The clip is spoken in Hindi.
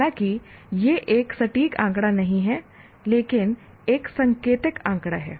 हालांकि यह एक सटीक आंकड़ा नहीं है लेकिन एक सांकेतिक आंकड़ा है